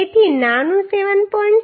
તેથી નાનું 7